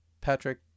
Patrick